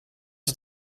het